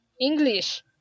English